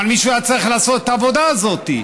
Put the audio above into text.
אבל מישהו היה צריך לעשות את העבודה הזאת,